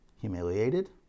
humiliated